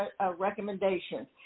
recommendations